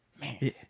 man